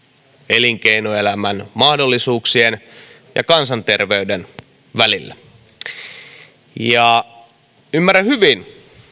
elinkeinoelämän mahdollisuuksien ja kansanterveyden välillä ymmärrän hyvin